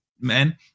man